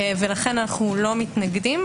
לכן אנו לא מתנגדים.